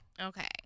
Okay